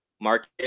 market